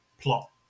plot